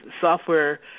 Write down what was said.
software